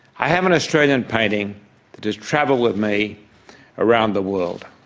i have an australian painting that has travelled with me around the world.